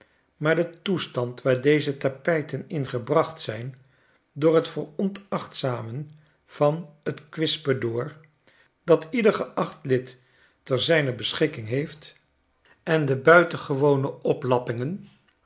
maar de toestand waar deze tapijten in gebra'cht zijn door t veronachtzamen van t kwispedoor dat ieder geacht lid te zijner beschikking heeft en de buitengewone oplappingen